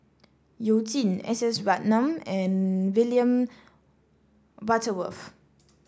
You Jin S S Ratnam and William Butterworth